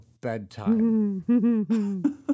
bedtime